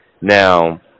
Now